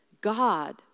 God